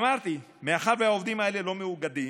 אמרתי, מאחר שהעובדים האלה לא מאוגדים,